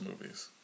movies